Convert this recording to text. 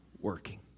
working